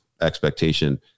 expectation